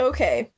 Okay